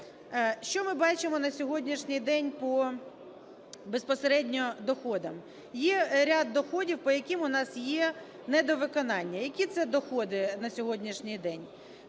Що ми бачимо на сьогоднішній день по безпосередньо доходам? Є ряд доходів, по яким у нас є недовиконання. Які це доходи на сьогоднішній день?